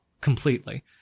completely